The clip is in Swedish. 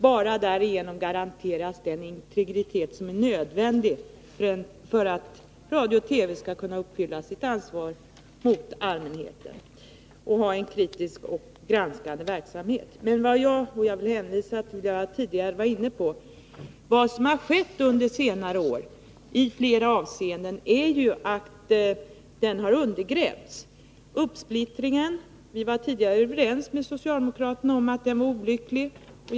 Bara därigenom garanteras den integritet som är nödvändig för att radio och TV skall kunna uppfylla sitt ansvar mot allmänheten och bedriva en självständig och kritiskt granskande verksamhet. Vad som har skett under senare år är — som jag var inne på tidigare — att Sveriges Radios ställning i det avseendet har undergrävts. Vi var tidigare överens med socialdemokraterna om att den uppsplittring som skett var olycklig.